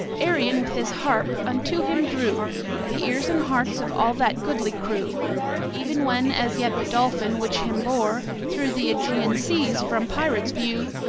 arion with his harp unto him drew the ears and hearts of all that goodly crew even when as yet the dolphin which him bore through the aegean seas from pirates' view,